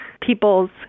people's